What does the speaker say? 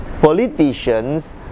politicians